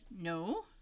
no